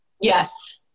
Yes